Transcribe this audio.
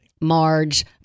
Marge